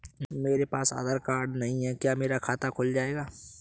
मेरे पास आधार कार्ड नहीं है क्या मेरा खाता खुल जाएगा?